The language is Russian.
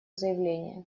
заявление